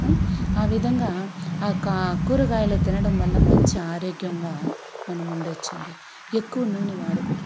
ఆ విధంగా ఆ కా కూరగాయలు తినడం వల్ల మంచి ఆరోగ్యంగా మనం ఉండ వచ్చండి ఎక్కువ నూనె వాడకూడదు